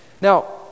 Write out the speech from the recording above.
Now